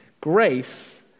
Grace